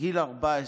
גיל 14,